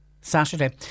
Saturday